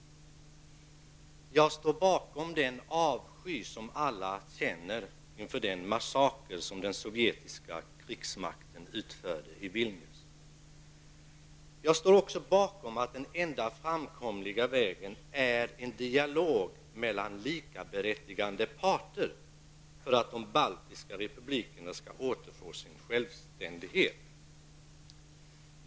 Jag står bakom den avsky som alla känner inför den massaker som den sovjetiska krigsmakten utförde i Vilnius. Jag står också bakom åsikten att den enda framkomliga vägen för att de baltiska republikerna skall återfå sin självständighet är en dialog mellan likaberättigade parter.